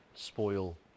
spoil